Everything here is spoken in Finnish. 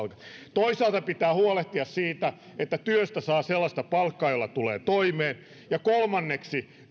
toisaalta pitää huolehtia siitä että työstä saa sellaista palkkaa jolla tulee toimeen ja kolmanneksi